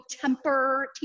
temper